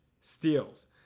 steals